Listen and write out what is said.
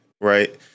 right